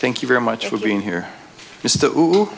thank you very much for being here just